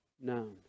known